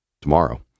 tomorrow